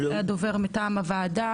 הדובר מטעם הוועדה,